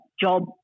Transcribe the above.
job